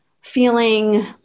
feeling